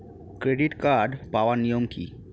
Credit card পাওয়ার নিয়ম কী?